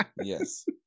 yes